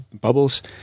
bubbles